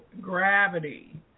gravity